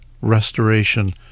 restoration